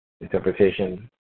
Interpretation